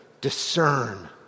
discern